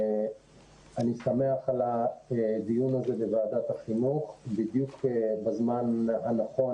אני שמח על הדיון הזה בוועדת החינוך והוא מתקיים בדיוק בזמן הנכון